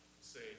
say